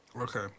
Okay